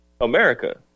America